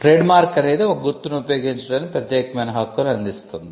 trademark అనేది ఒక గుర్తును ఉపయోగించడానికి ప్రత్యేకమైన హక్కును అందిస్తుంది